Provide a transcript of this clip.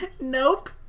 nope